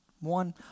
One